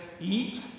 eat